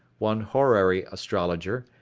one horary astrologer,